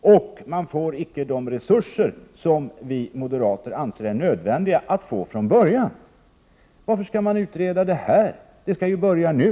och man får icke de resurser som vi moderater anser att det är nödvändigt att ha från början. Varför skall man utreda det — verksamheten skall ju börja nu?